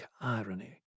irony